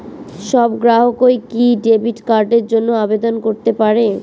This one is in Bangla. সব গ্রাহকই কি ডেবিট কার্ডের জন্য আবেদন করতে পারে?